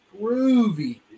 groovy